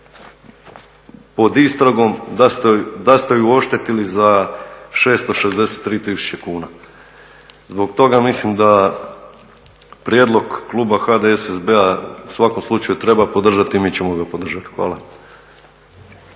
pod istragom da ste ju oštetili za 663 tisuće kuna. Zbog toga mislim da prijedlog kluba HDSSB-a u svakom slučaju treba podržati i mi ćemo ga podržati. Hvala.